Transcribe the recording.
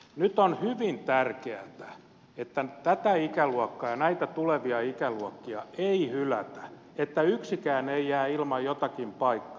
nyt on hyvin tärkeätä että tätä ikäluokkaa ja näitä tulevia ikäluokkia ei hylätä että yksikään ei jää ilman jotakin paikkaa